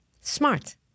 smart